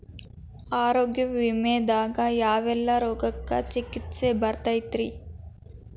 ಆರೋಗ್ಯ ವಿಮೆದಾಗ ಯಾವೆಲ್ಲ ರೋಗಕ್ಕ ಚಿಕಿತ್ಸಿ ಬರ್ತೈತ್ರಿ?